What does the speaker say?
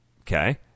Okay